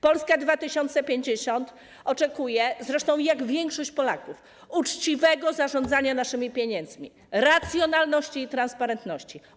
Polska 2050 oczekuje, zresztą jak większość Polaków, uczciwego zarządzania naszymi pieniędzmi, racjonalności i transparentności.